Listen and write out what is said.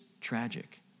tragic